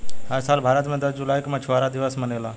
हर साल भारत मे दस जुलाई के मछुआरा दिवस मनेला